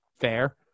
fair